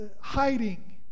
hiding